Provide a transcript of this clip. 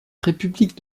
république